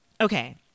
Okay